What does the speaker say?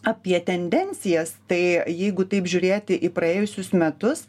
apie tendencijas tai jeigu taip žiūrėti į praėjusius metus